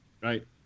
Right